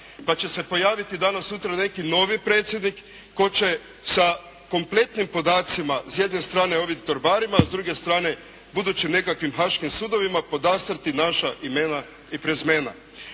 pa će se pojaviti danas-sutra neki novi predsjednik tko će sa kompletnim podacima sa jedne strane ovim torbarima, a s druge strane budućim nekakvim haškim sudovima podastrijeti naša imena i prezimena.